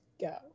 go